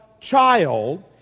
child